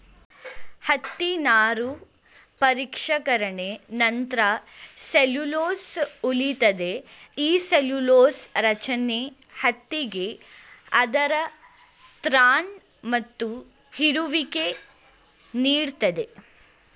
ಹತ್ತಿ ನಾರು ಪರಿಷ್ಕರಣೆ ನಂತ್ರ ಸೆಲ್ಲ್ಯುಲೊಸ್ ಉಳಿತದೆ ಈ ಸೆಲ್ಲ್ಯುಲೊಸ ರಚನೆ ಹತ್ತಿಗೆ ಅದರ ತ್ರಾಣ ಮತ್ತು ಹೀರುವಿಕೆ ನೀಡ್ತದೆ